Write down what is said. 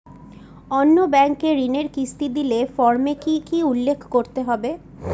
অন্য ব্যাঙ্কে ঋণের কিস্তি দিলে ফর্মে কি কী উল্লেখ করতে হবে?